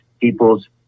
people's